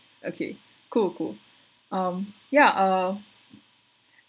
okay cool cool um ya uh